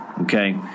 Okay